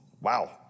wow